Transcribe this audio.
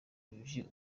yuje